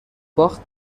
باخت